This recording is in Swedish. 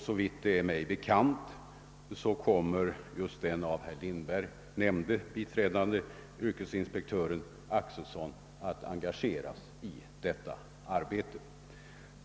Såvitt mig är bekant kommer just den av herr Lindberg nämnda biträdande yrkesinspektören Axelsson att engageras i detta arbete.